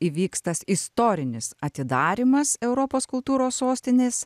įvyks tas istorinis atidarymas europos kultūros sostinės